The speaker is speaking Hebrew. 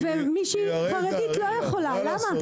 ולמה מישהי חרדית לא יכולה להתקשר?